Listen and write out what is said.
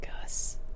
Gus